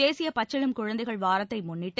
தேசிய பச்சிளம் குழந்தைகள் வாரத்தை முன்னிட்டு